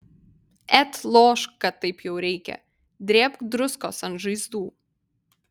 et lošk kad taip jau reikia drėbk druskos ant žaizdų